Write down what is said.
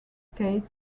case